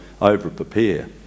over-prepare